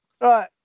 Right